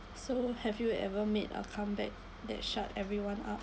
so have you ever made a comeback that shut everyone up